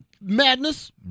madness